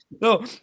No